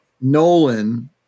Nolan